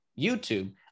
YouTube